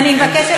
ואני מבקשת,